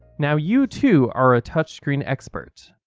now you too are a touchscreen expert!